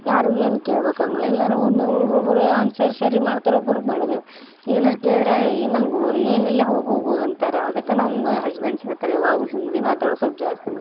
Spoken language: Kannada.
ಯಾರೂ ಏನೂ ಕೇಳ್ಬೇಕು ಹಂಗಿಲ್ಲ ಇಲ್ಲರ ಒಂದು ಒಬೊಬ್ರು ಆನ್ಸರ್ ಸರಿ ಮಾಡ್ತಾರೆ ಒಬ್ರು ಮಾಡುದಿಲ್ಲ ಏನಾರೂ ಕೇಳಿದರೆ ಏ ನಮ್ಗೆ ಏನಿಲ್ಲ ಹೋಗೋಗು ಅಂತಾರೆ ಅದಕ್ಕೆ ನಮ್ಗೆ ಹಸ್ಬೆಂಡ್ ಹೇಳ್ತಾರೆ ಯಾವಾಗಲೂ ಹಿಂದಿ ಮಾತಾಡೋದು ಸಲ್ಪ ಜಾಸ್ತಿ ಮಾಡು